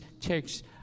takes